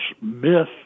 myth